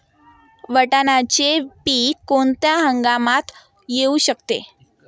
वाटाण्याचे पीक कोणत्या हंगामात येऊ शकते?